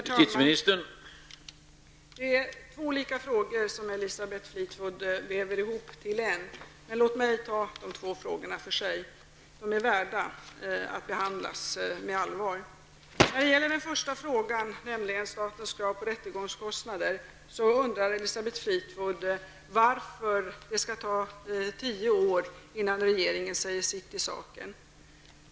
Herr talman! Det är två olika frågor som Elisabeth Fleetwood väver ihop till en. Låt mig ändå ta dessa två frågor var för sig, för de är värda att behandlas med allvar. När det gäller den första frågan, nämligen skulden för rättegångskostnader, undrade Elisabeth Fleetwood varför det skall ta tio år innan regeringen säger sitt i saken.